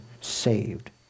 saved